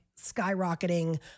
skyrocketing